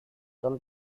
tom